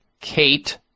Kate